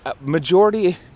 Majority